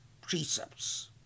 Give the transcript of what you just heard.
precepts